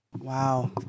Wow